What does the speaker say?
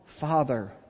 Father